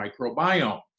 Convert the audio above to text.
microbiome